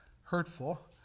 hurtful